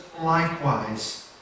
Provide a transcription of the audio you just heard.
likewise